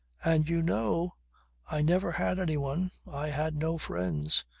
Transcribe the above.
and you know i never had anyone, i had no friends.